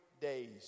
days